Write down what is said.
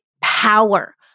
power